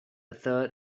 third